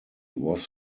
was